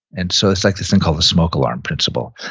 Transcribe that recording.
and so it's like this thing called the smoke alarm principle.